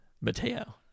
mateo